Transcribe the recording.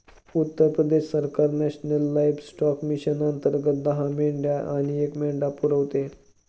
उत्तर प्रदेश सरकार national livestock mission अंतर्गत दहा मेंढ्या आणि एक मेंढा पुरवते